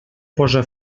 posa